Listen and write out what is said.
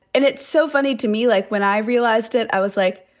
and it's so funny to me. like, when i realized it, i was like,